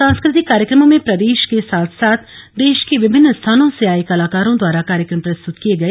सांस्कृतिक कार्यक्रमो में प्रदेश के साथ साथ देश के विभिन्न स्थानों से आये कलाकारों द्वारा कार्यक्रम प्रस्तुत किये गए